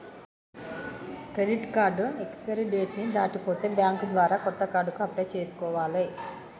credit card expiry date ని దాటిపోతే bank ద్వారా కొత్త కార్డుకి అప్లై చేసుకోవాలే